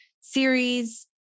series